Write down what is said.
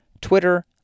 Twitter